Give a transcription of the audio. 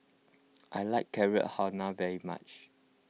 I like Carrot Halwa very much